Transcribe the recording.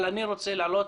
אבל אני רוצה להעלות